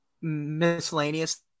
miscellaneous